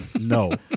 No